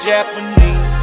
Japanese